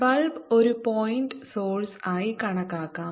bulb ഒരു point source ആയി കണക്കാക്കാം